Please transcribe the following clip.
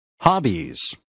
Hobbies